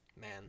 Man